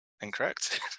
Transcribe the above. Incorrect